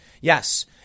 Yes